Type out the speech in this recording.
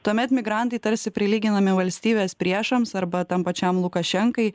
tuomet migrantai tarsi prilyginami valstybės priešams arba tam pačiam lukašenkai